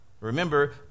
Remember